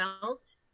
felt